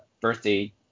birthday